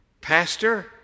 pastor